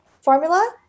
formula